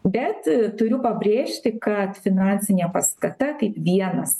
bet turiu pabrėžti kad finansinė paskata kaip vienas